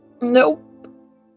nope